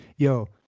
Yo